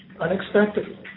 unexpectedly